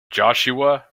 joshua